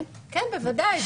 כן בוודאי,